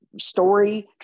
story